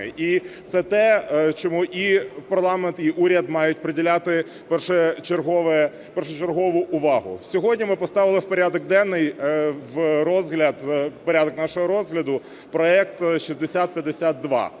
І це те, чому і парламент, і уряд мають приділяти першочергову увагу. Сьогодні ми поставили в порядок денний, в порядок нашого розгляду проект 6052.